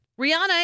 Rihanna